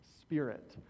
spirit